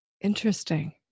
Interesting